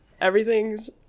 everything's